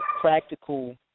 Practical